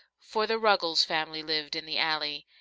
for the ruggles family lived in the alley,